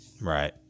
right